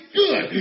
good